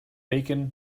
bacon